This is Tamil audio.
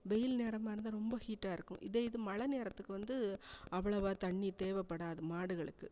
வெயில் நேரமாக இருந்தால் ரொம்ப ஹீட்டாக இருக்கும் இதே இது மழை நேரத்துக்கு வந்து அவ்வளோவா தண்ணி தேவைப்படாது மாடுகளுக்கு